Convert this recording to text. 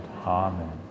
Amen